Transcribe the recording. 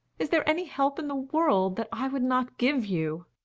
is there any help in the world that i would not give you?